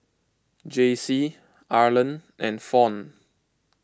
Jaycie Arland and Fawn